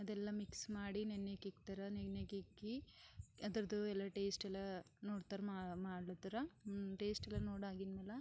ಅದೆಲ್ಲ ಮಿಕ್ಸ್ ಮಾಡಿ ನೆನೆಯೋಕೆ ಇಡ್ತಾರೆ ನೆನೆಯೋಕೆ ಇಕ್ಕಿ ಅದ್ರದ್ದು ಎಲ್ಲ ಟೇಸ್ಟ್ ಎಲ್ಲ ನೋಡ್ತಾರೆ ಮಾಡ್ಲಾತ್ತಾರ ಟೇಸ್ಟ್ ಎಲ್ಲ ನೋಡಾಗಿಂದ್ ಮೇಲೆ